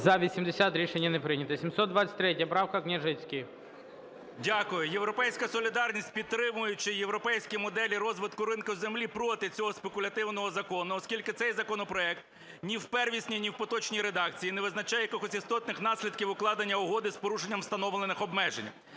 За-80 Рішення не прийнято. 723 правка, Княжицький. 11:49:48 КНЯЖИЦЬКИЙ М.Л. Дякую. "Європейська солідарність", підтримуючи європейські моделі розвитку ринку землі, проти цього спекулятивного закону, оскільки цей законопроект ні в первісній, ні в поточній редакції не визначає якихось істотних наслідків укладення угоди з порушенням, встановлених обмежень.